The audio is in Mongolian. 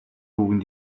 үгэнд